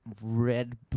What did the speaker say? red